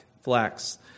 flax